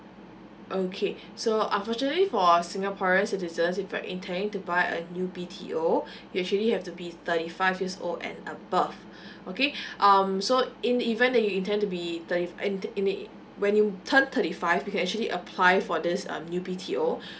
okay so unfortunately for a singaporean citizen is you're intending to buy a new B_T_O you actually have to be thirty five years old and above okay um so in the event that you intend to be thirty and in the when you turn thirty five you can actually apply for this um new B_T_O